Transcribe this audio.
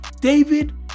David